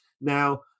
Now